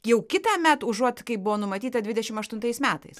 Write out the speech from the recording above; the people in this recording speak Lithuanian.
jau kitąmet užuot kai buvo numatyta dvidešim aštuntais metais